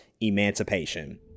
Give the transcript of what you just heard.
Emancipation